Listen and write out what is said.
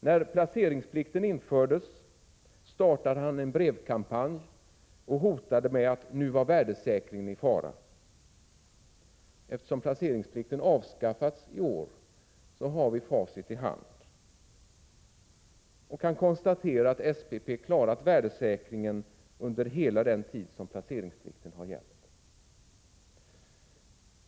När placeringsplikten infördes startade han en brevkampanj och hotade med att värdesäkringen nu var i fara. Eftersom placeringsplikten avskaffas i år har vi facit i hand och kan konstatera att SPP har klarat värdesäkringen under hela den tid som placeringsplikten har gällt.